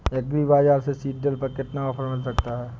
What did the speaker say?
Agree बाजार से seed drill पर कितना ऑफर मिल सकता है?